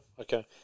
Okay